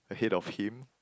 ahead of him